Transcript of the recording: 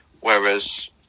whereas